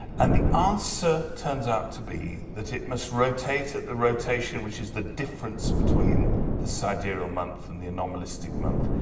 and the answer turns out to be that it must rotate at the rotation which is the difference between the sidereal month and the anomalistic month.